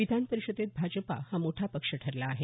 विधानपरिषदेत भाजपा हा मोठा पक्ष ठरला आहे